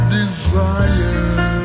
desire